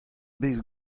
bez